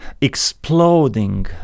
exploding